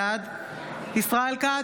בעד ישראל כץ,